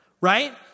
right